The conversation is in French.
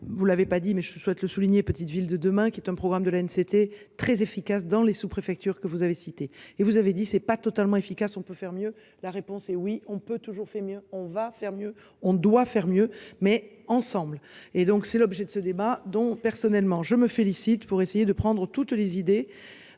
vous l'avez pas dit mais je souhaite le souligner Petites Villes de demain qui est un programme de laine, c'était très efficace dans les sous-, préfectures, que vous avez cité et vous avez dit c'est pas totalement. On peut faire mieux. La réponse est oui, on peut toujours fait mieux, on va faire mieux, on doit faire mieux mais ensemble et donc c'est l'objet de ce débat dont personnellement je me félicite pour essayer de prendre toutes les idées.